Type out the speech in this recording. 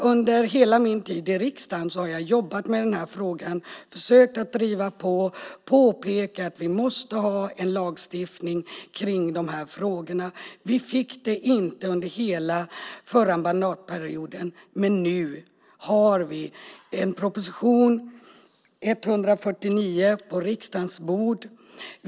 Under hela min tid i riksdagen har jag jobbat med denna fråga, försökt driva på och påpekat att vi måste ha en lagstiftning i dessa frågor. Vi fick det inte under hela den förra mandatperioden, men nu har vi proposition 149 på riksdagens bord.